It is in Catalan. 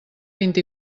vint